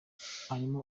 harimo